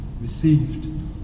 received